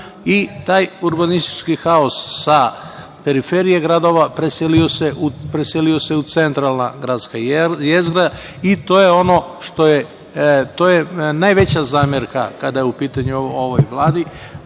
i taj urbanistički haos sa periferije gradova, preselio se u centralna gradska jezgra. To je ono što je najveća zamerka ovoj Vladi,